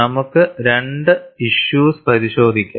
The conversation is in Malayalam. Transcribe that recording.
നമുക്ക് രണ്ട് ഇഷ്യൂസും പരിശോധിക്കാം